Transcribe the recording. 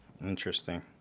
Interesting